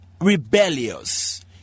rebellious